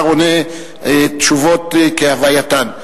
השר עונה תשובות כהווייתן.